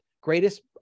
greatest